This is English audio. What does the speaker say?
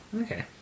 Okay